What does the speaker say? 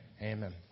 Amen